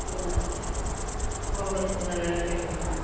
ꯁꯨꯅ ꯍꯣꯏ ꯍꯣꯏ ꯁꯨꯅ ꯂꯣꯏꯅ ꯂꯩꯔꯦ ꯂꯥꯛꯑꯣ